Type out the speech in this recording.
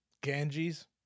Ganges